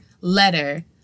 letter